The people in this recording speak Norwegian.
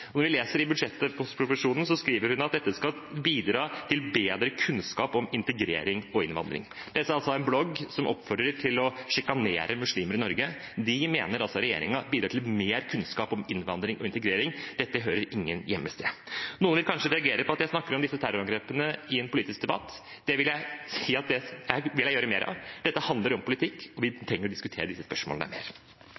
Vi leser i budsjettproposisjonen at hun skriver at dette skal bidra til bedre kunnskap om integrering og innvandring. En blogg som oppfordrer til å sjikanere muslimer i Norge, mener regjeringen altså at bidrar til mer kunnskap om innvandring og integrering. Dette hører ingen steder hjemme. Noen vil kanskje reagere på at jeg snakker om disse terrorangrepene i en politisk debatt. Det vil jeg si at jeg vil gjøre mer av. Dette handler om politikk, og vi